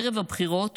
ערב הבחירות,